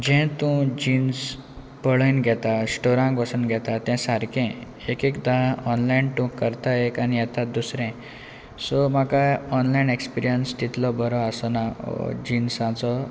जे तूं जिन्स पळोवयन घेता स्टोरांक वचून घेता तें सारकें एक एकदां ऑनलायन तूं करता एक आनी येता दुसरें सो म्हाका ऑनलायन एक्सपिरियन्स तितलो बरो आसोना जिन्साचो